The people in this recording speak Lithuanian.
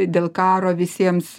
dėl karo visiems